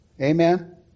amen